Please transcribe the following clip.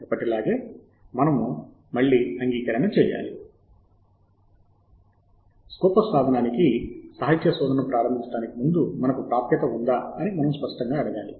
ఎప్పటిలాగే మళ్ళీ మనము అంగీకరణ చేయాలి స్కోపస్ సాధనానికి సాహిత్య శోధనను ప్రారంభించడానికి ముందు మనకు ప్రాప్యత ఉందా అని మనం స్పష్టంగా అడగాలి